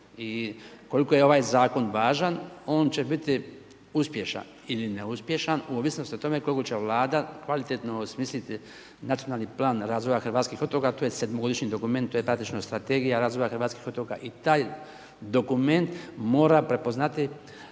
i koliko je ovaj Zakon važan, on će biti uspješan ili neuspješan u ovisnosti o tome koliko će Vlada kvalitetno osmisliti nacionalni plan razvoja hrvatskih otoka, a to je sedmogodišnji dokument, to je praktično strategija razvoja hrvatskih otoka i taj dokument mora prepoznati